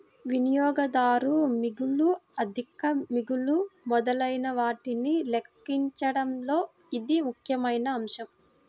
వినియోగదారు మిగులు, ఆర్థిక మిగులు మొదలైనవాటిని లెక్కించడంలో ఇది ముఖ్యమైన అంశం